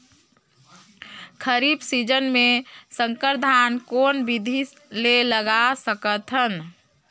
खरीफ season मे संकर धान कोन विधि ले लगा सकथन?